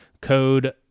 code